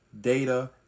data